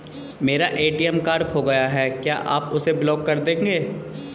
मेरा ATM card खो गया है क्या आप उसे ब्लॉक कर देंगे?